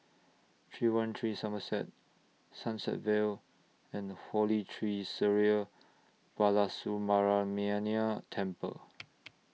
three one three Somerset Sunset Vale and Holy Tree Sri Balasubramaniar Temple